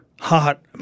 hot